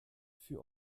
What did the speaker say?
für